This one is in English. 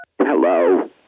Hello